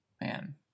man